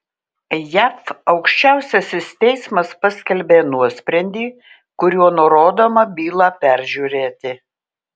jav aukščiausiasis teismas paskelbė nuosprendį kuriuo nurodoma bylą peržiūrėti